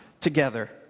together